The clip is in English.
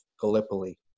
Gallipoli